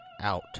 out